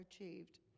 achieved